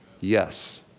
Yes